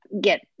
get